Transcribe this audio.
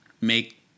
make